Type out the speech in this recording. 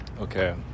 Okay